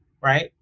Right